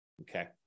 okay